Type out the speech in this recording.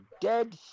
dead